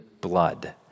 blood